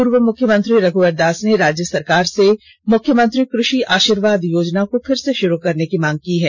पूर्व मुख्यमंत्री रघ्यवर दास ने राज्य सरकार से मुख्यमंत्री कृषि आषीर्वाद योजना को पूनः शुरू करने की मांग की है